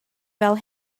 fel